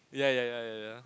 ya ya ya ya ya